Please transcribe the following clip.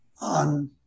on